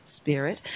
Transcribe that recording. Spirit